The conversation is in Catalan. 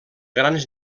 grans